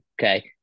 okay